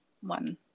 one